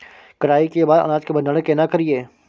कटाई के बाद अनाज के भंडारण केना करियै?